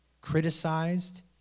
criticized